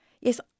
Yes